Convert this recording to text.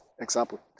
example